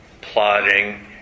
plotting